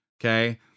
Okay